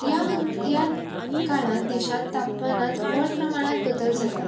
ह्या हंग ह्या काळांत देशांत तापमानात व्हड प्रमाणांत बदल जातात